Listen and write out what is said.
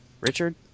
Richard